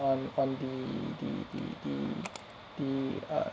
on on the the the the the err